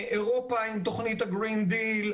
באירופה עם תוכנית ה"גרין דיל",